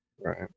Right